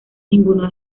ninguno